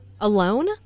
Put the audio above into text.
Alone